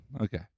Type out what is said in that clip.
Okay